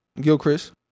Gilchrist